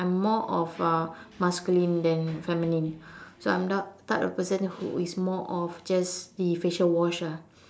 I'm more of uh masculine than feminine so I'm not type of person who is more of just the facial wash ah